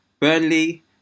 Burnley